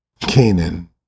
Canaan